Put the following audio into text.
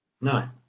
No